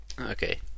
Okay